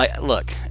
Look